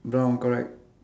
brown correct